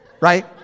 right